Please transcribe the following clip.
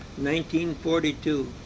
1942